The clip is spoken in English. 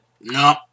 no